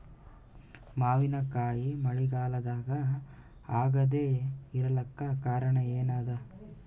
ಮಾವಿನಕಾಯಿ ಮಳಿಗಾಲದಾಗ ಆಗದೆ ಇರಲಾಕ ಕಾರಣ ಏನದ?